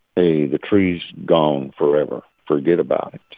hey, the tree's gone forever. forget about it.